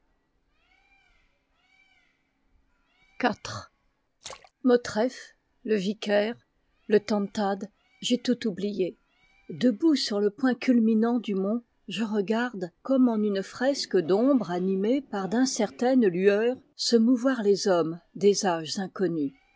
iv motreff le vicaire le tantad j'ai tout oublié debout sur le point culminant du mont je regarde comme en une fresque d'ombre animée par d'incertaines lueurs se mouvoir les hommes des âges inconnus